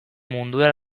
mundura